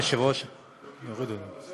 אין בעיה, נוריד אותה.